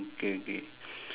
okay okay